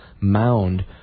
mound